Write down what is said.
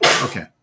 Okay